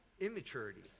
immaturity